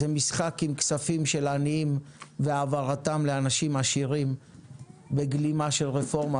זה משחק עם כספים של עניים והעברתם לאנשים עשירים בגלימה של רפורמה,